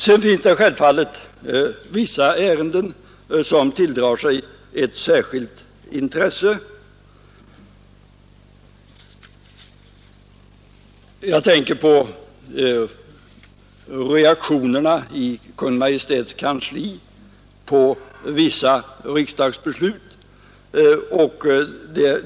Självfallet finns det vissa ärenden som tilldrar sig ett särskilt intresse. Jag tänker på reaktionerna i Kungl. Maj:ts kansli på vissa riksdagsbeslut.